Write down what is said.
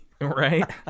Right